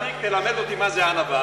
אתה הוותיק תלמד אותי מה זו ענווה,